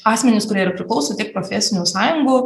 asmenys kurie ir priklauso tiek profesinių sąjungų